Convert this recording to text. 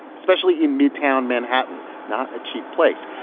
especially in midtown manhattan not a cheap place.